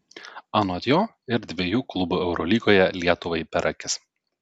anot jo ir dviejų klubų eurolygoje lietuvai per akis